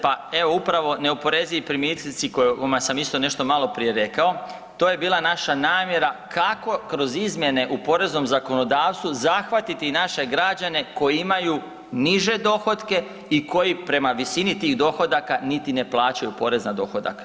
Pa evo upravo neoporezivi primitci o kojima sam isto nešto maloprije rekao, to je bila naša namjera kako kroz izmjene u poreznom zakonodavstvu zahvatiti i naše građane koji imaju niže dohotke i koji prema visini tih dohodaka niti ne plaćaju porez na dohodak.